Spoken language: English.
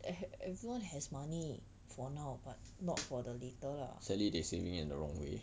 sadly they saving in the wrong way